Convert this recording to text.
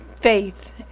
Faith